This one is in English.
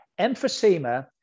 Emphysema